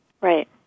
Right